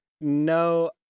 No